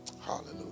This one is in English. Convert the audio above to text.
Hallelujah